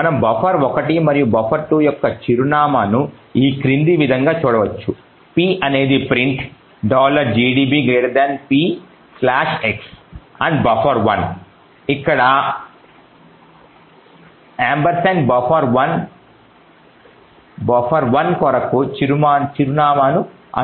మనము బఫర్1 మరియు బఫర్ 2 యొక్క చిరునామాను ఈ క్రింది విధంగా చూడవచ్చు p అనేది print gdb p x buffer1 ఇక్కడ buffer1 బఫర్1 కొరకు చిరునామాను అందిస్తుంది